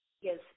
Yes